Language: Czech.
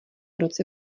roce